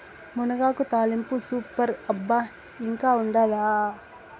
మునగాకు తాలింపు సూపర్ అబ్బా ఇంకా ఉండాదా